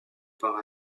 par